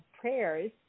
Prayers